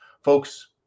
Folks